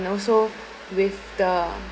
and also with the